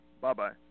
Bye-bye